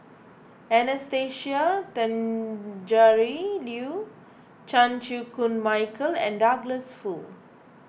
Anastasia Tjendri Liew Chan Chew Koon Michael and Douglas Foo